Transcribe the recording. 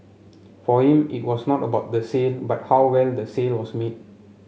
for him it was not about the sale but how well the sale was made